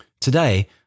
Today